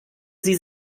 sie